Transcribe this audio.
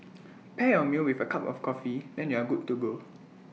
pair your meal with A cup of coffee then you're good to go